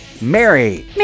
Mary